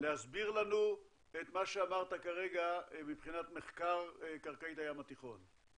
להסביר לנו מה שאמרת כרגע מבחינת מחקר קרקעית הים התיכון.